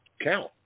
count